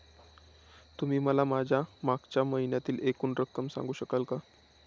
तुम्ही मला माझ्या मागच्या महिन्यातील एकूण रक्कम सांगू शकाल का?